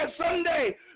Sunday